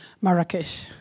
Marrakesh